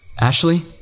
Ashley